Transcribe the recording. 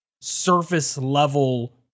surface-level